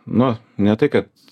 nu ne tai kad